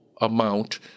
amount